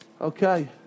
Okay